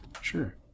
sure